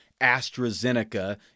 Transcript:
AstraZeneca